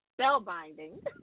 spellbinding